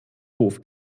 hof